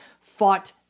fought